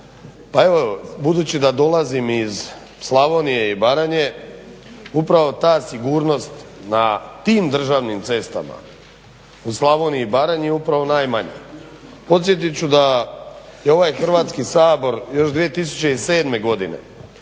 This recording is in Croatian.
budući da dolazim iz Slavonije i Baranje, upravo ta sigurnost na tim državnim cestama u Slavoniji i Baranji je upravo najmanja. Podsjetit ću da je i ovaj Hrvatski sabor još 2007. godine